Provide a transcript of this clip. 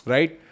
Right